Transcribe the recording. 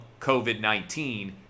COVID-19